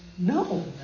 no